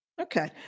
Okay